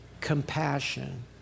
compassion